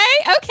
okay